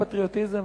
כל מושג הפטריוטיזם,